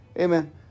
Amen